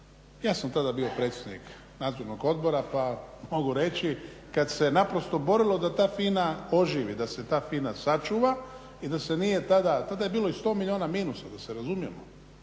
ja sam tada bio predsjednik Nadzornog odbora pa mogu reći kad se naprosto borilo da ta FINA oživi, da se ta FINA sačuva i da se nije tada, tada je bilo i 100 milijuna minusa da se razumijemo,